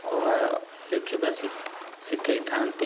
ଅ ଆ ଲେଖିବା ଶିଖେଇଥାନ୍ତି